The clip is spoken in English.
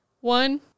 One